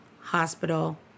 hospital